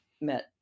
met